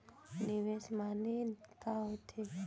निवेश माने का होथे?